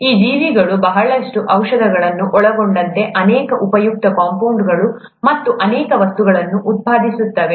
ಈ ಜೀವಿಗಳು ಬಹಳಷ್ಟು ಔಷಧಗಳನ್ನು ಒಳಗೊಂಡಂತೆ ಅನೇಕ ಉಪಯುಕ್ತ ಕಂಪೌಂಡ್ಗಳನ್ನು ಮತ್ತು ಅನೇಕ ವಸ್ತುಗಳನ್ನು ಉತ್ಪಾದಿಸುತ್ತವೆ